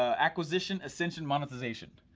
acquisition, ascension, monetization.